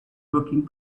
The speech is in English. working